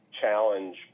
challenge